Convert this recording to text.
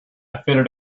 fitted